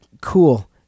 cool